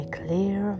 clear